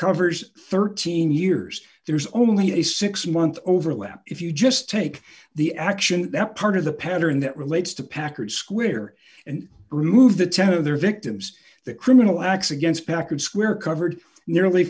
covers thirteen years there is only a six month overlap if you just take the action that part of the pattern that relates to packard squitter and remove the ten of their victims the criminal acts against packard square cover nearly